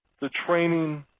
the training,